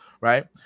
Right